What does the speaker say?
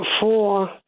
four